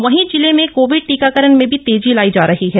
वहीं जिले में कोविड टीकाकरण में भी तेजी लायी ज रही है